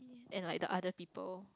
and like the other people